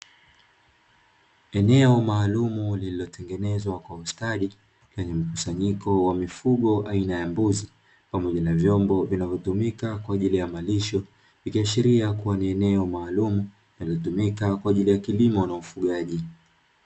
Eneo maalum lililotengenezwa kwa ustadi lenye mikusanyiko wa mifugo aina ya mbuzi, pamoja na vyombo vinavotumika kwaajili ya malisho. Ikiashiria kua ni eneo maalumu linalotumika kwaajili ya kilimo na ufugaji.